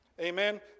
Amen